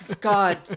God